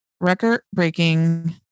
record-breaking